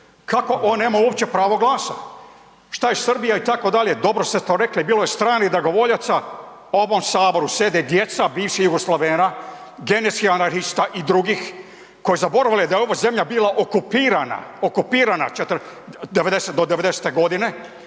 kako on nema uopće pravo glasa? Šta je Srbija itd., dobro ste to rekli, bilo je stranih dragovoljaca, u ovom Saboru sjede djeca bivših Jugoslavena, genetskih anarhista i drugih koji zaboravljaju da je ova zemlja bila okupirana, okupirana do 90-te godine,